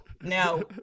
no